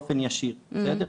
עכשיו,